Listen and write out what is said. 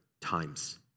times